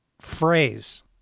phrase